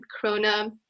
corona